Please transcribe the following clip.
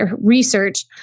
research